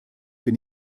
bin